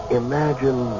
imagine